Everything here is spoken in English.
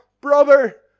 Brother